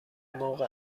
موقع